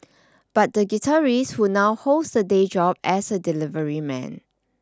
but the guitarist who now holds a day job as a delivery man